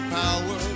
power